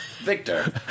Victor